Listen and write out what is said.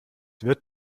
wird